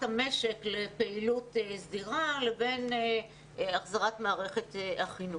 החזרת המשק לפעילות סדירה לבין החזרת מערכת החינוך.